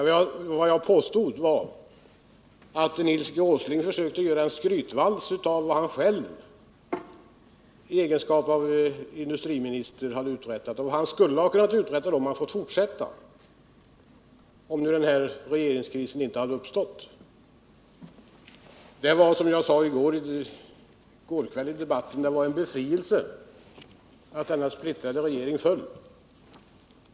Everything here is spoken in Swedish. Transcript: Vad jag påstod var att Nils G. Åsling försökte dra en skrytvals om vad han själv i egenskap av industriminister hade uträttat och skulle ha kunnat uträtta om regeringskrisen inte hade uppstått. Som jag sade i går kväll i debatten var det en befrielse att denna splittrade regering föll.